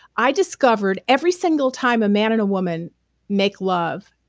i discovered every single time a man and a woman make love,